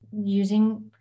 using